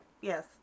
Yes